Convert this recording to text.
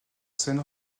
scène